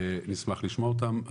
אני אשמח לשמוע אותם.